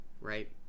right